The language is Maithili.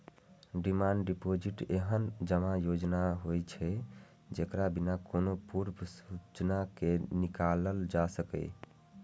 डिमांड डिपोजिट एहन जमा योजना होइ छै, जेकरा बिना कोनो पूर्व सूचना के निकालल जा सकैए